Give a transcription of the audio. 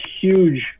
huge